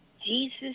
Jesus